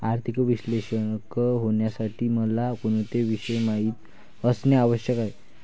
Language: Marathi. आर्थिक विश्लेषक होण्यासाठी मला कोणते विषय माहित असणे आवश्यक आहे?